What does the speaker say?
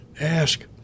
ask